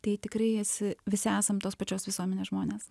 tai tikrai esi visi esam tos pačios visuomenės žmonės